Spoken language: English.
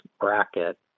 bracket